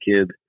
kid